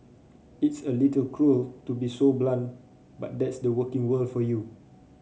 it's a little cruel to be so blunt but that's the working world for you